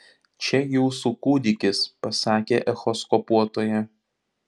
čia jūsų kūdikis pasakė echoskopuotoja